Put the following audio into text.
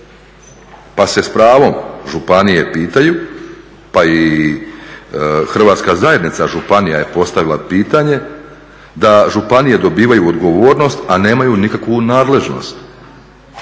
pa se s pravom županije pitaju pa i hrvatska zajednica županija je postavila pitanje da županije dobivaju odgovornost a nemaju nikakvu nadležnost